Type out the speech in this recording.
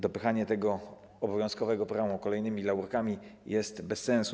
Dopychanie tego obowiązkowego programu kolejnymi laurkami jest bez sensu.